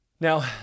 Now